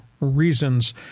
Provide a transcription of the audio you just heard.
reasons